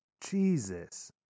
Jesus